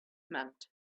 meant